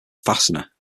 fastener